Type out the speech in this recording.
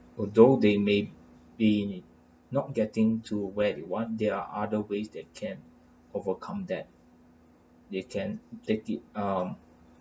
although they may be not getting to where they want there are other ways they can overcome that they can take it um